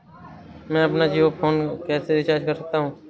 मैं अपना जियो फोन कैसे रिचार्ज कर सकता हूँ?